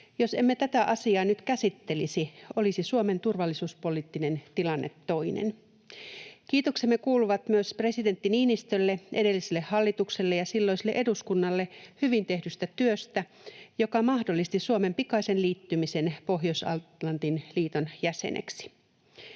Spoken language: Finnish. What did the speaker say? Jos emme tätä asiaa nyt käsittelisi, olisi Suomen turvallisuuspoliittinen tilanne toinen. Kiitoksemme kuuluvat myös presidentti Niinistölle, edelliselle hallitukselle ja silloiselle eduskunnalle hyvin tehdystä työstä, joka mahdollisti Suomen pikaisen liittymisen Pohjois-Atlantin liiton jäseneksi.